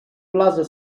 plaza